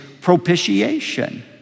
propitiation